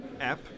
app